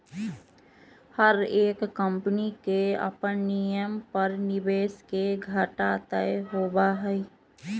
हर एक कम्पनी के अपन नियम पर निवेश के घाटा तय होबा हई